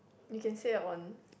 you can say on